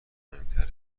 مهمتره